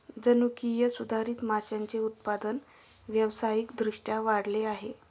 जनुकीय सुधारित माशांचे उत्पादन व्यावसायिक दृष्ट्या वाढले आहे